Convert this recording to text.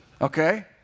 Okay